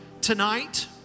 Tonight